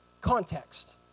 context